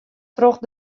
troch